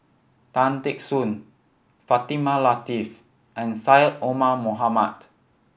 Tan Teck Soon Fatimah Lateef and Syed Omar Mohamed